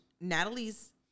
Natalie's